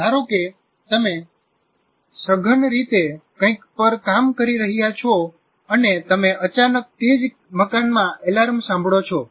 ધારો કે તમે સઘન રીતે કંઈક પર કામ કરી રહ્યા છો અને તમે અચાનક તે જ મકાનમાં એલાર્મ સાંભળો છો